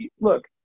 look